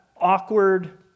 awkward